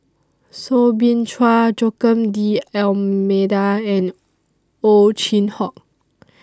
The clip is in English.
Soo Bin Chua Joaquim D'almeida and Ow Chin Hock